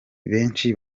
benshi